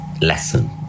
lesson